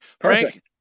Frank